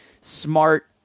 smart